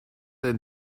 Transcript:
ein